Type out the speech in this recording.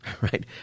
right